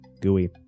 Gooey